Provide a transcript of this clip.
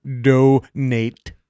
donate